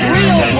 real